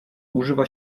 używa